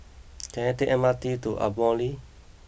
can I take the M R T to Ardmore